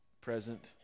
present